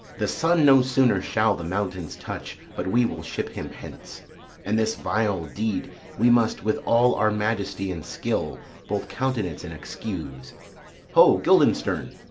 the sun no sooner shall the mountains touch but we will ship him hence and this vile deed we must with all our majesty and skill both countenance and excuse ho, guildenstern!